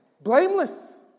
blameless